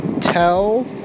tell